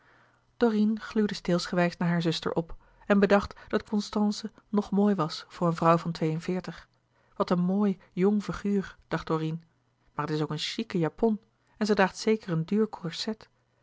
dorine gluurde steelsgewijs naar hare zuster op en bedacht dat constance nog mooi was voor een vrouw van twee-en-veertig wat een mooi jong figuur dacht dorine maar het is ook een chique japon en ze draagt zeker een duur corset